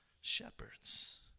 shepherds